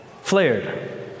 flared